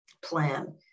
plan